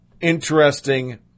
interesting